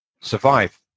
survive